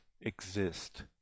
exist